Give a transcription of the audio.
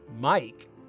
Mike